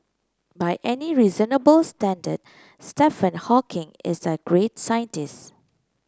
by any reasonable standard Stephen Hawking is a great scientist